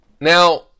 now